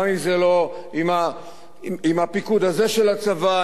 גם עם הפיקוד הזה של הצבא,